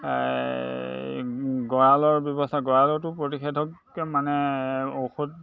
গঁৰালৰ ব্যৱস্থা গঁৰালতো প্ৰতিষেধকে মানে ঔষধ